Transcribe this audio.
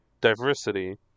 diversity